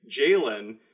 Jalen